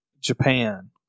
Japan